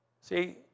See